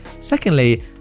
Secondly